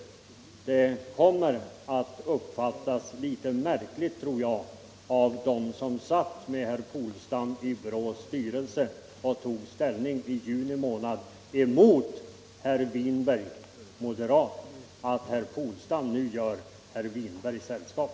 Jag tror att det kommer att uppfattas som litet märkligt av dem som tillsammans med herr Polstam i BRÅ:s styrelse i juni månad tog ställning mot herr Winberg att herr Polstam nu gör herr Winberg sällskap.